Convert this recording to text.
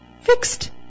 fixed